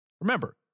Remember